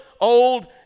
old